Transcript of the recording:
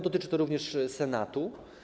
Dotyczy to również Senatu.